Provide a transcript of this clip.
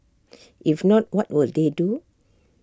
if not what will they do